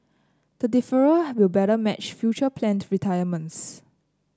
the deferral will better match future planned retirements